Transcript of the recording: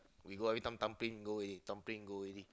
we go everytime thumbprint go already thumbprint go already